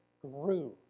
grew